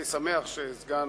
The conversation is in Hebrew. אני שמח שסגן